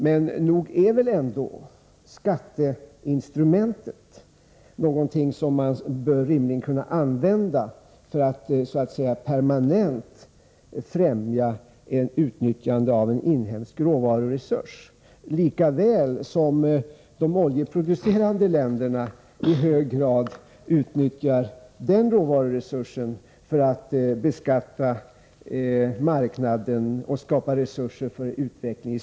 Men nog är väl ändå skatteinstrumentet något som bör kunna användas för att permanent främja ett utnyttjande av en inhemsk råvaruresurs, lika väl som de oljeproducerande länderna i högre grad utnyttjar den råvaruresursen för att beskatta marknaden och skapa resurser för sin utveckling.